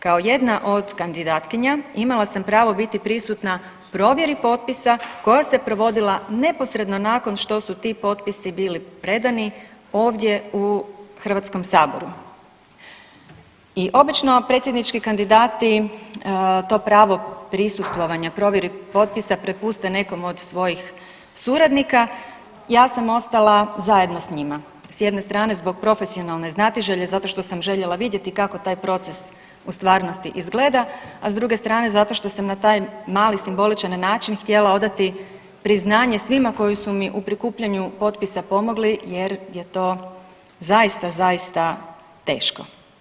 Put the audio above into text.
Kao jedna od kandidatkinja imala sam pravo biti prisutna provjeri potpisa koja se provodila neposredno nakon što su ti potpisi bili predani ovdje u HS i obično predsjednički kandidati to pravo prisustvovanja provjeri potpisa prepuste nekom od svojih suradnika i ja sam ostala zajedno s njima, s jedne strane zbog profesionalne znatiželje zato što sam željela vidjeti kako taj proces u stvarnosti izgleda, a s druge strane zato što sam na taj mali simboličan način htjela odati priznanje svima koji su mi u prikupljanju potpisa pomogli jer je to zaista, zaista teško.